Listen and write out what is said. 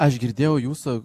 aš girdėjau jūsų